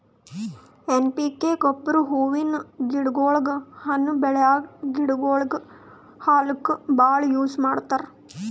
N P K ಗೊಬ್ಬರ್ ಹೂವಿನ್ ಗಿಡಗೋಳಿಗ್, ಹಣ್ಣ್ ಬೆಳ್ಯಾ ಗಿಡಗೋಳಿಗ್ ಹಾಕ್ಲಕ್ಕ್ ಭಾಳ್ ಯೂಸ್ ಮಾಡ್ತರ್